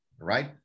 right